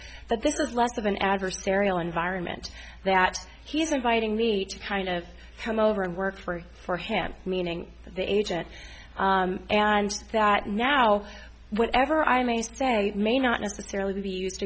that this is less of an adversarial environment that he's inviting the kind of come over and work for it for him meaning the agent and that now whatever i may say may not necessarily be used